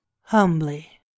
Humbly